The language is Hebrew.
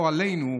לא עלינו,